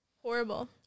horrible